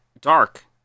Dark